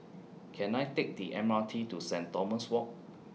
Can I Take The M R T to Saint Thomas Walk